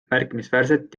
märkimisväärselt